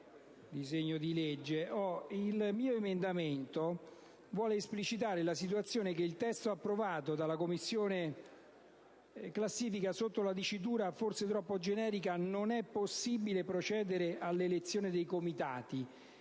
tale. L'emendamento 2.3 vuole esplicitare la situazione che il testo approvato dalla Commissione riassume sotto la dicitura, forse troppo generica, «non è possibile procedere all'elezione dei Comitati».